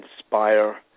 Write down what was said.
inspire